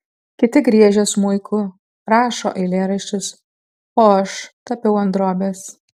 kiti griežia smuiku rašo eilėraščius o aš tapiau ant drobės